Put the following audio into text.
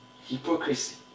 Hypocrisy